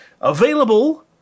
available